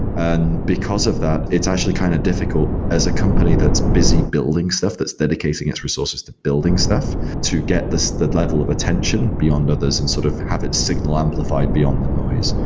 and because of that, it's actually kind of difficult as a company that's busy building stuff that's dedicating its resources to building stuff to get the level of attention beyond others and sort of have it signal amplified beyond the noise.